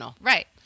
Right